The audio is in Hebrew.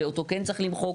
ואותו כן צריך למחוק.